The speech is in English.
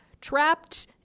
trapped